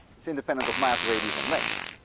it's independent of mass, radius and length.